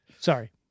Sorry